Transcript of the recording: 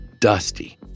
Dusty